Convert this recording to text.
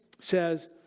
says